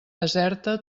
deserta